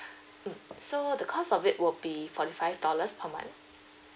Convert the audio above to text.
mm so the cost of it will be forty five dollars per month